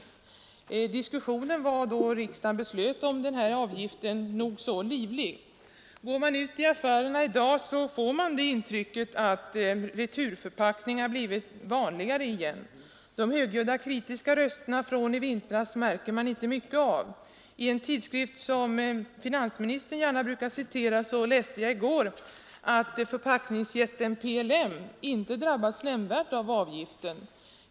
När riksdagen fattade beslut om att införa avgiften diskuterades frågan livligt. Går man ut i affärerna i dag får man intrycket att returförpackningar blivit vanligare igen. De högljudda kritiska rösterna från i vintras märker man inte mycket av. I en tidskrift, som finansministern gärna brukar citera, läste jag i går att förpackningsjätten PLM inte drabbats nämnvärt av avgiften.